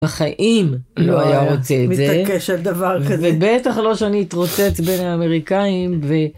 בחיים לא היה רוצה את זה. מתעקש על דבר כזה. ובטח לא שאני אתרוצץ בין האמריקאים ו...